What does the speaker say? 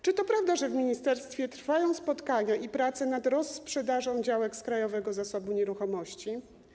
Czy to prawda, że w ministerstwie trwają spotkania i prace nad rozsprzedażą działek z Krajowego Zasobu Nieruchomości?